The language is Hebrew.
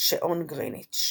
שעון גריניץ'.